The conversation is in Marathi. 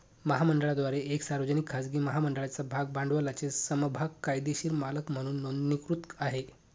महामंडळाद्वारे एक सार्वजनिक, खाजगी महामंडळाच्या भाग भांडवलाचे समभाग कायदेशीर मालक म्हणून नोंदणीकृत आहे